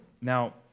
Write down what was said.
Now